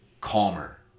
calmer